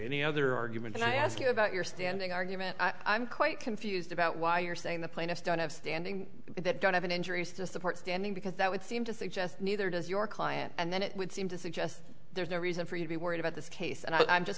any other argument and i ask you about your standing argument i'm quite confused about why you're saying the plaintiffs don't have standing that don't have an injuries to support standing because that would seem to suggest neither does your client and then it would seem to suggest there's no reason for you to be worried about this case and i'm just